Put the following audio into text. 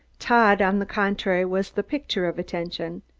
todd, on the contrary, was the picture of attention.